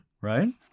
right